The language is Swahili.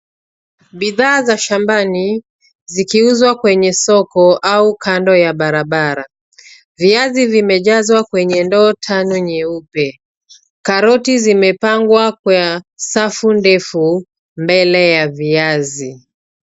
Bidhaa za shambani, zikiuzwa kwenye soko au kando ya barabara. Viazi vimejazwa kwenye ndoto tano nyeupe. Karoti zimepangwa kwa safu ndefu, mbele ya viazi.